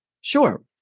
sure